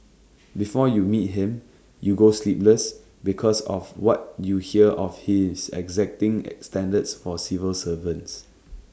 before you meet him you go sleepless because of what you hear of his exacting IT standards for civil servants